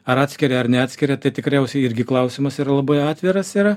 ar atskiria ar neatskiria tai tikriausiai irgi klausimas labai atviras yra